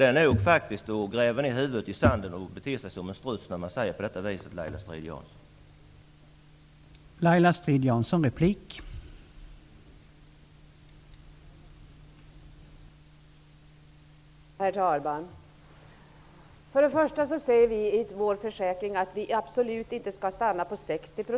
Det är faktiskt att sticka huvudet i sanden och bete sig som en struts att säga på detta vis, Laila Strid-Jansson.